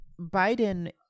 biden